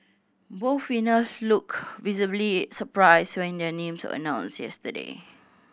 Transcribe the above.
both winner looked visibly surprised when their names announced yesterday